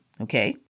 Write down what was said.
Okay